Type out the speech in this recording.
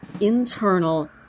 internal